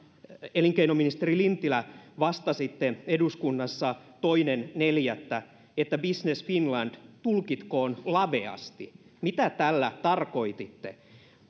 elinkeinoministeri lintilä vastasitte eduskunnassa toinen neljättä että business finland tulkitkoon laveasti mitä tällä tarkoititte